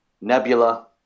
Nebula